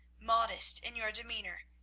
modest in your demeanour,